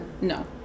No